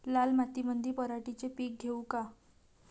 लाल मातीमंदी पराटीचे पीक घेऊ का?